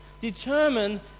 determine